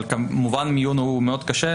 אבל כמובן המיון מאוד קשה,